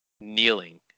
Kneeling